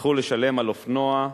צריכים לשלם על אופנוע,